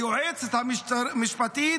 היועצת המשפטית